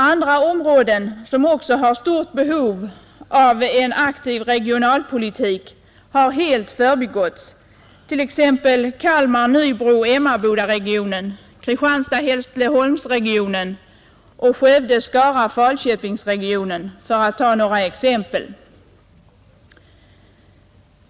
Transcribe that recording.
Andra områden som också har stort behov av en aktiv regionalpolitik har helt förbigåtts, t.ex. Kalmar—-Nybro—-Emmabodaregionen, Kristianstad—Hässleholmsregionen och Skövde—Skara—Falköpingsregionen för att ta några exempel.